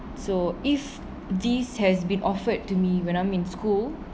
so if this has been offered to me when I'm in school